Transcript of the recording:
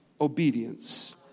obedience